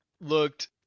looked